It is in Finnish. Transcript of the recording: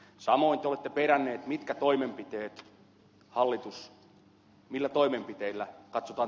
samoin te olette peränneet millä toimenpiteillä katsotaan tulevaisuuteen